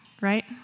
right